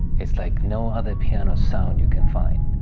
it's like no other piano sound you can find.